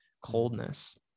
coldness